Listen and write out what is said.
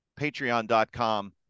patreon.com